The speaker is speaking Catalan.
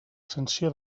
sanció